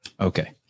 Okay